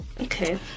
okay